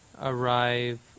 arrive